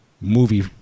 movie